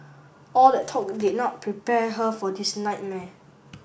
all that talk did not prepare her for this nightmare